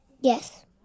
Yes